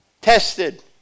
tested